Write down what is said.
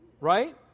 right